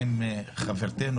חברתנו